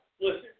Listen